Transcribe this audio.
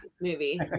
movie